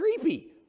creepy